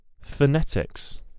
phonetics